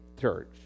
church